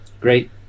Great